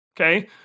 okay